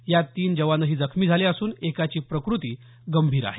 यात तीन जवानही जखमी झाले असून एकाची प्रकृती गंभीर आहे